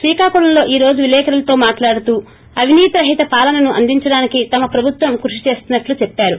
శ్రీకాకుళంలో లిఈరోజు విలేకరులతో మాట్హడుతూ అవినీతో రహిత పాలనను అందించడానికి తమ ప్రభుత్వం కృషి చేస్తున్నట్లు చెప్పారు